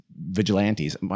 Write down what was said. vigilantes